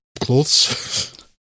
clothes